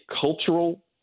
cultural